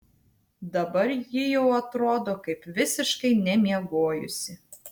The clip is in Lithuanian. dabar ji jau atrodo kaip visiškai nemiegojusi